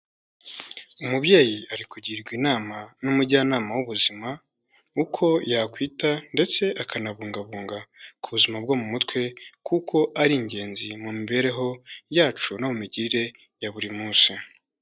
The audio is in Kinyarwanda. Umubyeyi ari kugirwa inama n'umujyanama w'ubuzima, uko yakwita ndetse akanabungabunga ku buzima bwo mu mutwe kuko ari ingenzi mu mibereho yacu no mu migirire ya buri munsi.